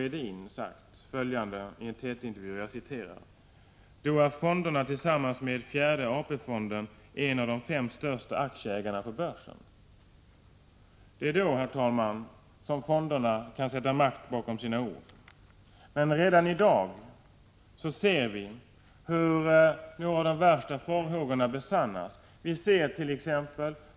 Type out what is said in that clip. Edin, sagt följande i en TT-intervju: ”Då är fonderna tillsammans med fjärde AP-fonden en av de fem största aktieägarna på börsen.” Det är då, herr talman, som fonderna kan sätta makt bakom orden. Men redan i dag ser vi hur några av de värsta farhågorna besannas.